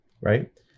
right